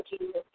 Jesus